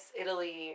Italy